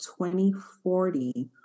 2040